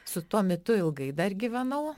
su tuo mitu ilgai dar gyvenau